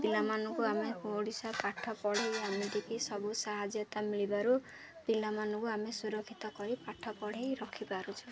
ପିଲାମାନଙ୍କୁ ଆମେ ଓଡ଼ିଶା ପାଠ ପଢ଼ାଇ ଆମକୁ ସବୁ ସାହାଯ୍ୟତା ମିଳିବାରୁ ପିଲାମାନଙ୍କୁ ଆମେ ସୁରକ୍ଷିତ କରି ପାଠ ପଢ଼ାଇ ରଖି ପାରୁଛୁ